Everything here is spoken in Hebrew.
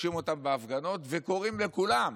פוגשים אותם בהפגנות וקוראים לכולם,